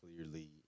clearly